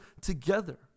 together